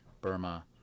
Burma